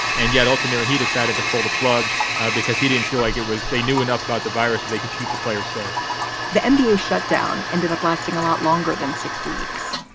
and yet ultimately, he decided to pull the plug because he didn't feel like it was they knew enough about the virus so they could keep the players safe the and nba shut down ended up lasting a lot longer than six weeks.